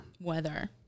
weather